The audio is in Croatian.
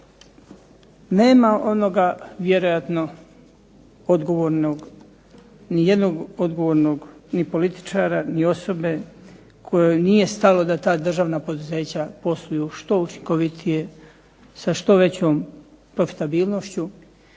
Nema onoga vjerojatno nijednog odgovornog ni političara ni osobe kojoj nije stalo da ta državna poduzeća posluju što učinkovitije sa što većom profitabilnošću,